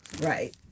right